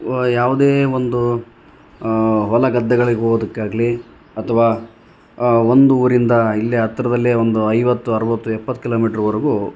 ಯಾವುದೇ ಒಂದು ಹೊಲ ಗದ್ದೆಗಳಿಗೆ ಹೋಗದುಕ್ಕಾಗ್ಲಿ ಅಥವಾ ಒಂದು ಊರಿಂದ ಇಲ್ಲೇ ಹತ್ರದಲ್ಲೇ ಒಂದು ಐವತ್ತು ಅರವತ್ತು ಎಪ್ಪತ್ತು ಕಿಲೋಮೀಟ್ರವರ್ಗೂ